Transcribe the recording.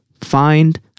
find